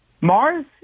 mars